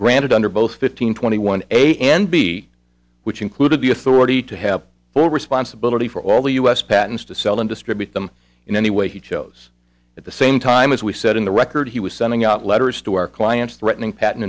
granted under both fifteen twenty one a and b which included the authority to have full responsibility for all the u s patents to sell and distribute them in any way he chose at the same time as we said in the record he was sending out letters to our clients threatening pat